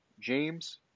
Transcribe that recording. James